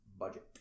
budget